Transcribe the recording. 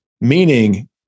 meaning